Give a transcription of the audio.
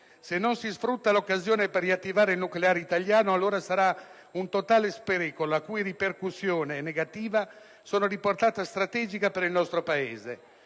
Se non si sfrutta l'occasione per riattivare il nucleare italiano, allora sarà un totale spreco, la cui ripercussione negativa è di portata strategica per il nostro Paese.